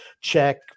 check